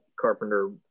carpenter